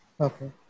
Okay